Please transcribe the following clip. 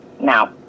now